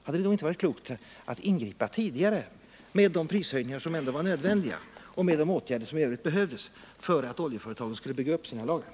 Hade det inte varit klokt att ingripa tidigare med de prishöjningar som ändå var nödvändiga och med de åtgärder i övrigt som behövdes för att oljeföretagen skulle kunna bygga upp sina lager?